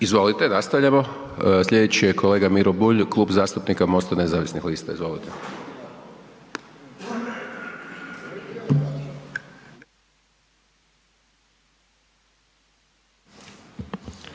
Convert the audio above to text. Izvolite, nastavljamo. Slijedeći je kolega Miro Bulj, Klub zastupnika MOST- nezavisnih lista. Izvolite.